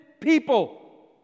people